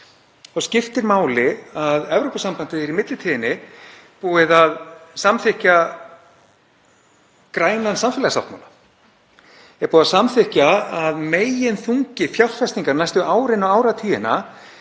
þá skiptir máli að Evrópusambandið er í millitíðinni búið að samþykkja grænan samfélagssáttmála. Það er búið að samþykkja að meginþungi fjárfestinga næstu árin og áratugina